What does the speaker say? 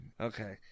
Okay